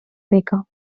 rica